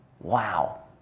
Wow